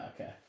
okay